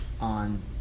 on